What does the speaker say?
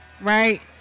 right